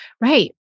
Right